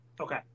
Okay